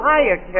Hiya